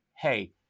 hey